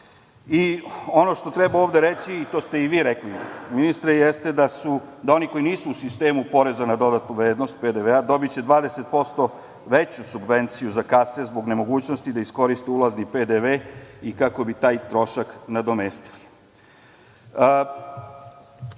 što treba ovde reći i to ste i vi rekli, ministre, jeste da oni koji nisu u sistemu poreza na dodatu vrednost PDV dobiće 20% veću subvenciju za kase zbog nemogućnosti da iskoriste ulazni PDV i kako bi taj trošak nadomestili. Veoma